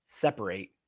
separate